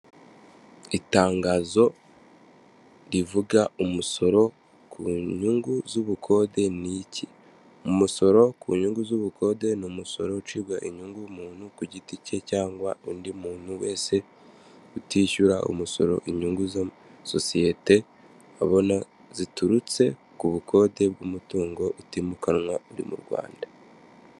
Itangazo rivuga umusoro ku nyungu z'ubukode ni iki. Umusoro ku nyungu z'ubukode ni umusoro ucibwa inyungu umuntu ku giti cye cyangwa undi muntu wese utishyura umusoro inyungu z'amasosiyete abona ziturutse ku bukode bw'umutungo utimukanwa uri mu rwanda.